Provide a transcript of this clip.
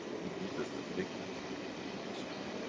we needed the link to be able to receive it,